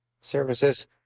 services